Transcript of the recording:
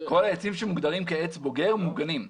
כל העצים שמוגדרים כעץ בוגר, מוגנים.